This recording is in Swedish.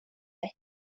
mig